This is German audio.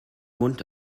mund